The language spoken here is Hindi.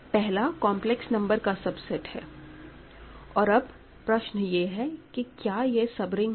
पहला कंपलेक्स नंबर का सबसेट है और अब प्रश्न यह है कि क्या यह सब रिंग है